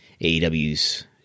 AEW's